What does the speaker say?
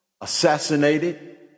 assassinated